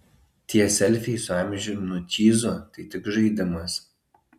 tie selfiai su amžinu čyzu tai tik žaidimas